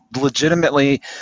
legitimately